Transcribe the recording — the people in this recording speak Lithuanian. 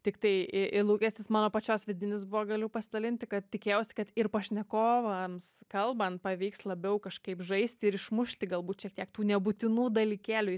tiktai į į lūkestis mano pačios vidinis buvo galiu pasidalinti kad tikėjausi kad ir pašnekovams kalbant pavyks labiau kažkaip žaisti ir išmušti galbūt šiek tiek tų nebūtinų dalykėlių